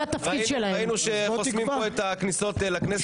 זה התפקיד שלהם ראינו שחוסמים את הכניסות לכנסת